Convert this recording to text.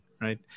right